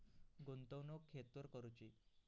गुंतवणुक खेतुर करूची?